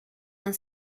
han